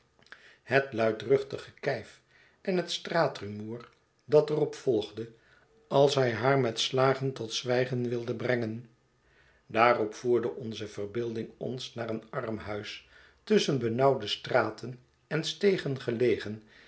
het luidruchtig gekijf en het straatrumoer dat er op volgde als hij haar met slagen tot zwijgen wilde brengen daarop voerde onze verbeelding ons naar eenarmhuis tusschen benauwde straten en stegen gelegen